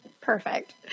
Perfect